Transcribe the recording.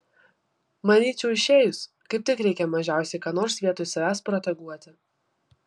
manyčiau išėjus kaip tik reikia mažiausiai ką nors vietoj savęs proteguoti